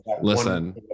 listen